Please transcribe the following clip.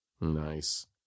nice